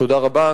תודה רבה.